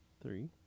three